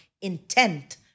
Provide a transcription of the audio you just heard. intent